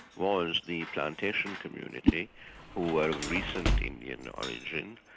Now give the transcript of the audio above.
was the plantation community who were of recent indian origin,